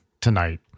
tonight